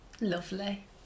Lovely